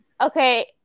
Okay